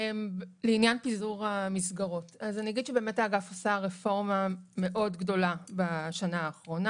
לעניין פיזור המסגרות האגף עשה רפורמה מאוד גדולה בשנה האחרונה.